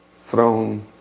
throne